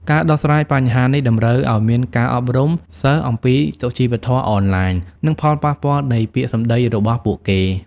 ការដោះស្រាយបញ្ហានេះតម្រូវឲ្យមានការអប់រំសិស្សអំពីសុជីវធម៌អនឡាញ និងផលប៉ះពាល់នៃពាក្យសម្ដីរបស់ពួកគេ។